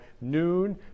noon